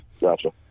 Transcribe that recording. Gotcha